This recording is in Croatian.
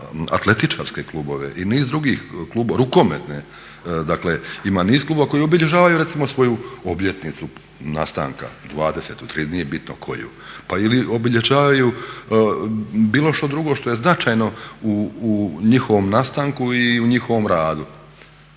atletičarske klubove, rukometne ima niz klubova koji obilježavaju recimo svoju obljetnicu nastanka, 20., nije bitno koju, pa obilježavaju bilo što drugo što je značajno u njihovom nastanku i u njihovom radu.